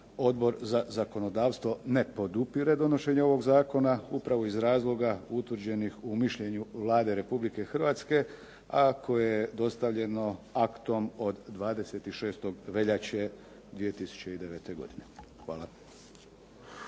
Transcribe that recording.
Odbor za zakonodavstvo ne podupire donošenje ovog zakona, upravo iz razloga utvrđenih u mišljenju Vlade Republike Hrvatske, a koje je dostavljeno aktom od 26. veljače 2009. godine. Hvala.